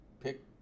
pick